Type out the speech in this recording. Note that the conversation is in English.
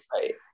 Right